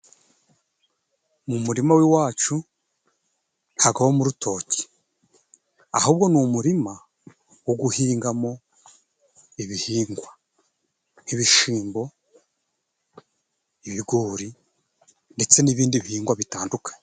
Mu murima w'iwacu ntago habamo urutoki. Ahubwo ni umurima wo guhingamo ibihingwa nk'ibishimbo, ibigori, ndetse n'ibindi bihingwa bitandukanye.